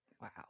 Wow